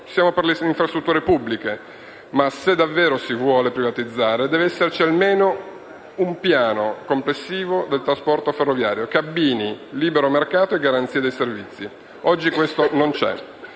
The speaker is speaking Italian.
siamo per le infrastrutture pubbliche, ma se davvero si vuole privatizzare, deve esserci almeno un piano complessivo del trasporto ferroviario che abbini libero mercato a garanzia dei servizi. Oggi questo non c'è.